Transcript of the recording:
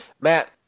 Matt